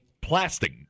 plastic